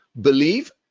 believe